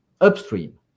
upstream